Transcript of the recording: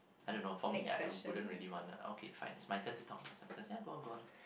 I don't know for me I wouldn't really want oh okay fine it's my turn to talk ya go on go on